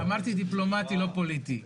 אמרתי דיפלומטי, לא פוליטי.